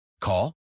Call